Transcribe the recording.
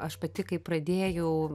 aš pati kai pradėjau